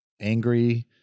angry